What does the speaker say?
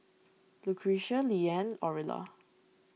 Lucretia Leeann Orilla